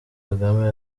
kagame